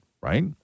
Right